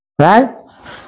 right